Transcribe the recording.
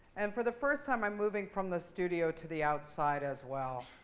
and for the first time, i'm moving from the studio to the outside, as well.